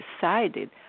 decided